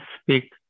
speak